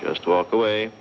just walk away